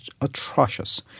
atrocious